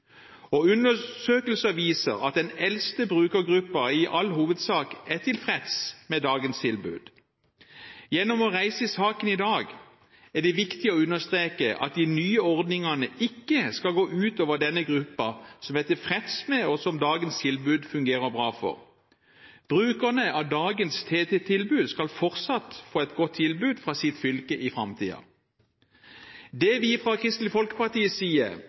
60. Undersøkelser viser at den eldste brukergruppen i all hovedsak er tilfreds med dagens tilbud. Gjennom å reise saken i dag er det viktig å understreke at de nye ordningene ikke skal gå ut over denne gruppen, som er tilfreds med dagens tilbud, og som det fungerer bra for. Brukerne av dagens TT-tilbud skal fortsatt få et godt tilbud fra sitt fylke i framtiden. Det vi fra Kristelig